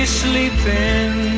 sleeping